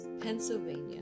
Pennsylvania